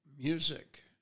music